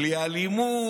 בלי אלימות.